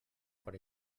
per